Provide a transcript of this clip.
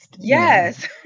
Yes